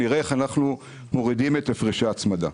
ונראה איך אנחנו מורידים את הפרשי ההצמדה.